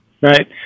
Right